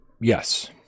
yes